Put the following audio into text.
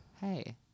hey